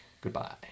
Goodbye